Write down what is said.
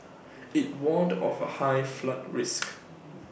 IT warned of A high flood risk